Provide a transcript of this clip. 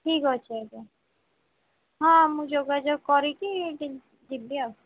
ଠିକ୍ ଅଛି ଆଜ୍ଞା ହଁ ମୁଁ ଯୋଗାଯୋଗ କରିକି ଯିବି ଯିବି ଆଉ